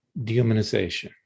dehumanization